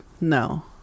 No